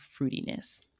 fruitiness